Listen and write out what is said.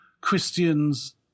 christians